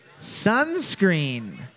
sunscreen